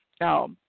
Now